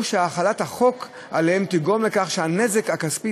או שהחלת החוק עליהם תגרום לכך שהנזק הכספי